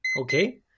Okay